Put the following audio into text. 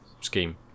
scheme